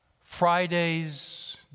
Friday's